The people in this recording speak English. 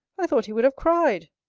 i thought he would have cried.